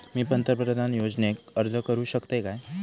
मी पंतप्रधान योजनेक अर्ज करू शकतय काय?